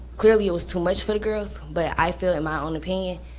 clearly, it was too much for the girls, but i feel in my own opinion,